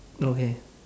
okay